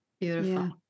beautiful